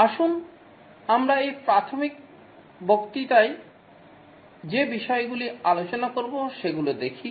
আসুন আমরা এই প্রাথমিক বক্তৃতায় যে বিষয়গুলি আলোচনা করব সেগুলি দেখি